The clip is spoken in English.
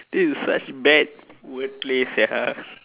this is such bad wordplay sia